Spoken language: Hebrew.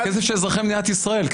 זה כסף של אזרחי מדינת ישראל,